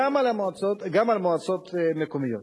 גם על מועצות מקומיות.